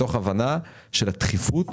מתוך הבנה של דחיפות